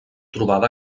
trobada